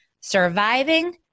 Surviving